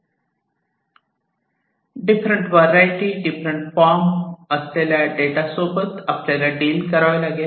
different variety different form असलेल्या data सोबत आपल्याला डील करावे लागेल